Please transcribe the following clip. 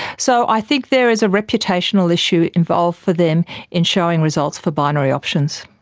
so i think there is a reputational issue involved for them in showing results for binary options.